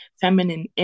feminine